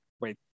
wait